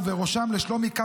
ובראשם לשלומי,